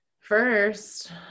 first